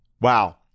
Wow